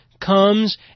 comes